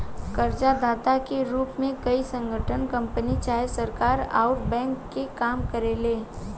कर्जदाता के रूप में कोई संगठन, कंपनी चाहे सरकार अउर बैंक के काम करेले